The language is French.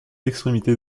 extrémités